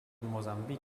mosambik